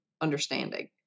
understanding